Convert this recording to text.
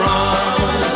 Run